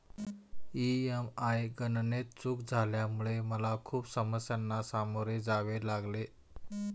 EMI गणनेत चूक झाल्यामुळे मला खूप समस्यांना सामोरे जावे लागले